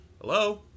Hello